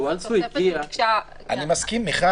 מיכל